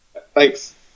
thanks